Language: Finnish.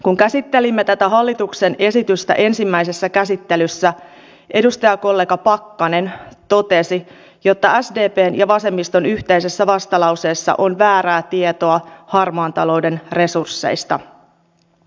kun käsittelimme tätä hallituksen esitystä ensimmäisessä käsittelyssä edustajakollega pakkanen totesi että sdpn ja vasemmiston yhteisessä vastalauseessa on väärää tietoa harmaan talouden resursseista